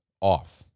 off